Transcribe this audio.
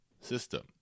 system